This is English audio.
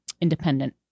independent